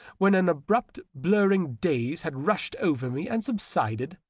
when an abrupt, blurring daze had rushed over me and subsided,